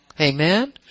Amen